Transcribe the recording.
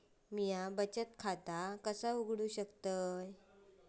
म्या बचत खाता कसा उघडू शकतय?